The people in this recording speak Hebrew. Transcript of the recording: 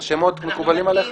השמות מקובלים עליך?